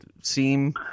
seem